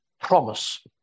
promise